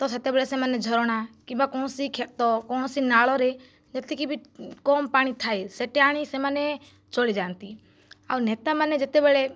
ତ ସେତେବେଳେ ସେମାନେ ଝରଣା କିମ୍ବା କୌଣସି କ୍ଷେତ କୌଣସି ନାଳରେ ଯେତିକି ବି କମ ପାଣି ଥାଏ ସେଟା ଆଣି ସେମାନେ ଚଳି ଯାଆନ୍ତି ଆଉ ନେତାମାନେ ଯେତେବେଳେ